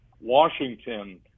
Washington